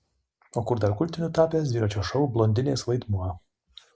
o kur dar kultiniu tapęs dviračio šou blondinės vaidmuo